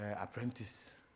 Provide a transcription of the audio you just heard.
apprentice